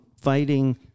fighting